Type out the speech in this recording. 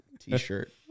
t-shirt